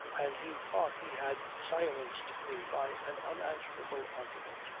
and he thought he had silenced me by an unanswerable argument.